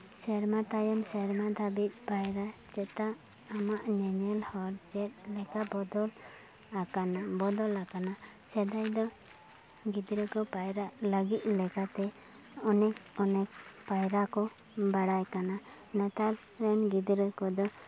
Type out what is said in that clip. ᱥᱮᱨᱢᱟ ᱛᱟᱭᱚᱢ ᱥᱮᱨᱢᱟ ᱫᱷᱟᱹᱵᱤᱡ ᱯᱟᱭᱨᱟ ᱪᱮᱫᱟᱜ ᱟᱢᱟᱜ ᱧᱮᱧᱮᱞ ᱦᱚᱨ ᱪᱮᱫ ᱞᱮᱠᱟ ᱵᱚᱫᱚᱞ ᱟᱠᱟᱱᱟ ᱵᱚᱫᱚᱞ ᱟᱠᱟᱱᱟ ᱥᱮᱫᱟᱭ ᱫᱚ ᱜᱤᱫᱽᱨᱟᱹ ᱠᱚ ᱯᱟᱭᱨᱟᱜ ᱞᱟᱹᱜᱤᱫ ᱞᱮᱠᱟᱛᱮ ᱚᱱᱮᱠ ᱚᱱᱮᱠ ᱯᱟᱭᱨᱟ ᱠᱚ ᱵᱟᱲᱟᱭ ᱠᱟᱱᱟ ᱱᱮᱛᱟᱨ ᱜᱤᱫᱽᱨᱟᱹ ᱠᱚᱫᱚ